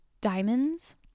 Diamonds